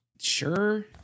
sure